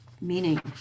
meaning